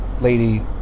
lady